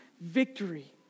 victory